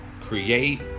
create